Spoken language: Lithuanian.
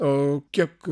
o kiek